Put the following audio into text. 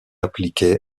appliquée